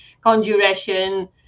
conjuration